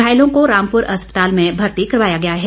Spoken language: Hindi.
घायलों को रामपुर अस्पताल में भर्ती करवाया गया है